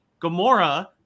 Gamora